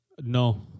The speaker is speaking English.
no